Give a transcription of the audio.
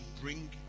bring